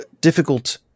difficult